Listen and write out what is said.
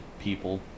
people